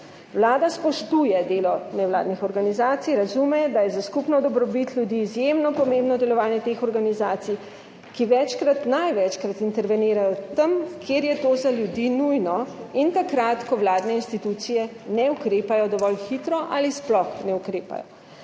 Vlada spoštuje delo nevladnih organizacij, razume, da je za skupno dobrobit ljudi izjemno pomembno delovanje teh organizacij, ki največkrat intervenirajo tam, kjer je to za ljudi nujno, in takrat, ko vladne institucije ne ukrepajo dovolj hitro ali sploh ne ukrepajo.